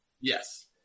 Yes